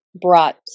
brought